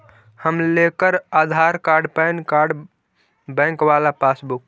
हम लेकर Aadhaar card PAN card बैंकवा वाला पासबुक?